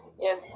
Yes